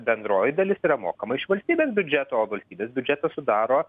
bendroji dalis yra mokama iš valstybės biudžeto o valstybės biudžetą sudaro